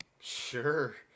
Sure